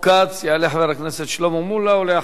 יעלה חבר הכנסת שלמה מולה, ואחריו,